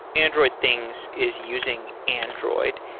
android things is using android.